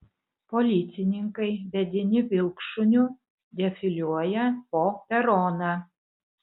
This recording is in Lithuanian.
policininkai vedini vilkšuniu defiliuoja po peroną